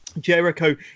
Jericho